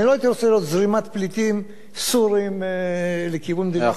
אני לא הייתי רוצה לראות זרימת פליטים סורים לכיוון מדינת ישראל.